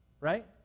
right